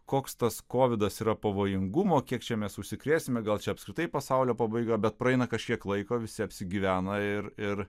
koks tas kovidas yra pavojingumo kiek čia mes užsikrėsime gal čia apskritai pasaulio pabaiga bet praeina kažkiek laiko visi apsigyvena ir ir